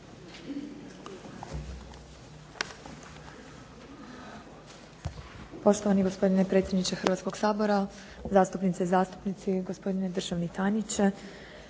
Poštovani gospodine predsjedniče Hrvatskoga sabora, zastupnice i zastupnici, gospodine državni tajniče.